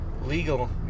Legal